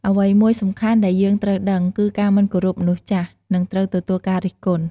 អ្វីមួយសំខាន់ដែលយើងត្រូវដឹងគឺ ការមិនគោរពមនុស្សចាស់នឹងត្រូវទទួលរងការរិះគន់។